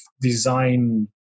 design